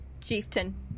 chieftain